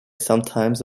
sometimes